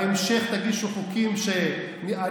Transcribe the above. בהמשך תגישו חוקים שאני,